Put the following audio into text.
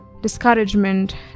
discouragement